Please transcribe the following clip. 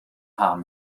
haan